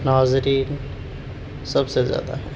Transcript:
ناظرین سب سے زیادہ ہیں